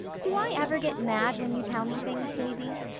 do i ever get mad when you tell me things, davy?